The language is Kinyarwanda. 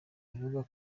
ivuga